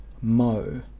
MO